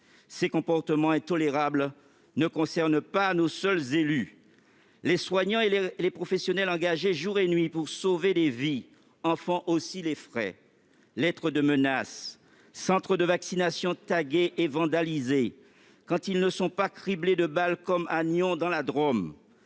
Ces comportements intolérables ne concernent pas nos seuls élus. Les soignants et les professionnels engagés jour et nuit pour sauver des vies en font aussi les frais : lettres de menace ; centres de vaccination tagués et vandalisés, quand ils ne sont pas criblés de balles comme à Nyons, dans la Drôme